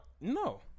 No